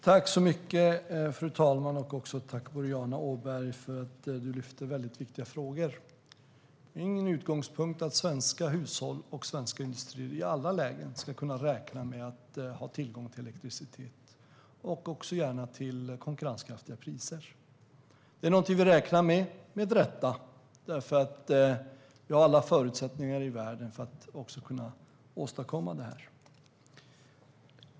Fru talman! Tack, Boriana Åberg, för att du tar upp väldigt viktiga frågor! Det är min utgångspunkt att svenska hushåll och svenska industrier i alla lägen ska kunna räkna med att ha tillgång till elektricitet, gärna också till konkurrenskraftiga priser. Det är något vi med rätta räknar med. Vi har alla förutsättningar i världen att också kunna åstadkomma detta.